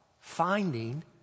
finding